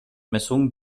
messungen